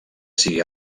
sigui